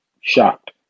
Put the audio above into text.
shocked